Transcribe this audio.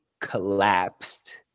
collapsed